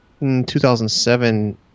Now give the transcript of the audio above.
2007